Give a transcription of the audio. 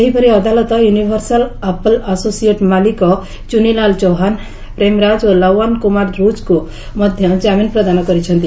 ସେହିପରି ଅଦାଲତ universal apple associate ମାଲିକ ଚୁନିଲାଲ୍ ଚୌହାନ ପ୍ରେମରାଜ ଏବଂ ଲୱନ୍ କୁମାର ରୁଚ୍ଙ୍କୁ ମଧ୍ୟ ଜାମିନ ପ୍ରଦାନ କରିଛନ୍ତି